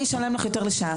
אני אשלם לך יותר לשעה.